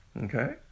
Okay